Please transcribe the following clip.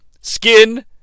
skin